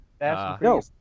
no